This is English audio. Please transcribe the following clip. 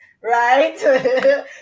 right